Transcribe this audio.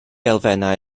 elfennau